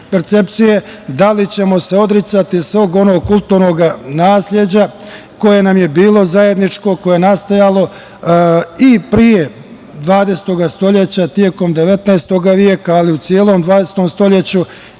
da li ćemo se odricati svog onog kulturnog nasleđa koje nam je bilo zajedničko, koje je nastajalo i pre 20. stoleća, tokom 19. stoleća, ali i u celom 20. stoleću